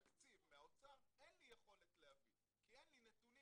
תקציב מהאוצר אין לי יכולת להביא כי אין לי נתונים.